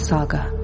Saga